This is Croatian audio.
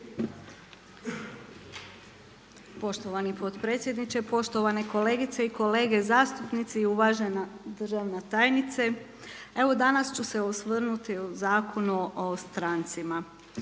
Poštovani potpredsjedniče, poštovane kolegice i kolege zastupnici, uvažena državna tajnice. Evo danas ću se osvrnuti o Zakonu o strancima.